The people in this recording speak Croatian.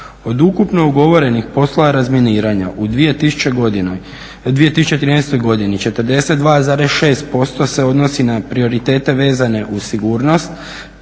Od ukupno ugovorenih poslova razminiranja u 2013. godini 42,6% se odnosi na prioritete vezane uz sigurnost,